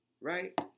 Right